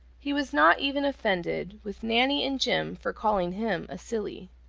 he was not even offended with nanny and jim for calling him a silly.